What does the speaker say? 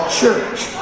church